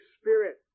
Spirit